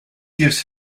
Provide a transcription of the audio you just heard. gives